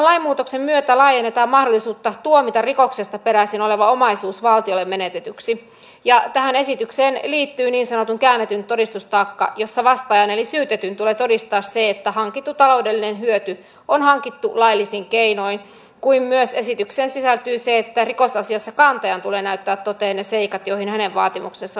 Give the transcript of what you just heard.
tämän lainmuutoksen myötä laajennetaan mahdollisuutta tuomita rikoksesta peräisin oleva omaisuus valtiolle menetetyksi ja tähän esitykseen liittyy niin sanottu käännetty todistustaakka jossa vastaajan eli syytetyn tulee todistaa se että hankittu taloudellinen hyöty on hankittu laillisin keinoin kuten myös esitykseen sisältyy se että rikosasiassa kantajan tulee näyttää toteen ne seikat joihin hänen vaatimuksensa nojautuu